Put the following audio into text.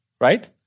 right